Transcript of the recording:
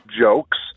jokes